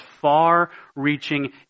far-reaching